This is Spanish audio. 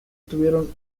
tuvieron